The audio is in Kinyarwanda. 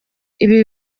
ibi